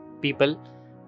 people